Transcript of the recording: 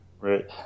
Right